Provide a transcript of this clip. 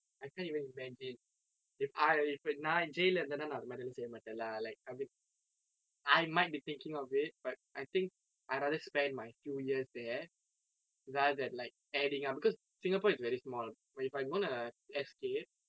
I can't even imagine if I if நான்:naan jail லே இருந்தா நான் அந்த மாதிரி எல்லாம் செய்யமாட்டேன்:le irunthaa naan antha maathiri ellaam seyyamaatten lah like I mean I might be thinking of it but I think I rather spend my few years there rather than like adding up because singapore is very small if I'm gonna escape